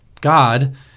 God